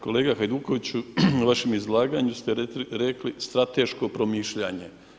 Kolega Hajdukoviću, u vašem izlaganju ste rekli strateško promišljanje.